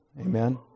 Amen